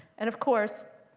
and of course,